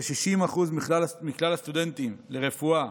כ-60% מכלל הסטודנטים לרפואה